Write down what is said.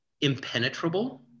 impenetrable